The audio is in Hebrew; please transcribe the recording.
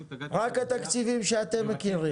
התקציבים שאתם מכירים.